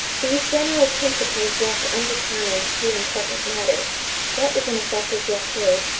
these general principles left undetermined two important matters what is an effective blockade?